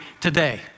today